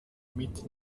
mit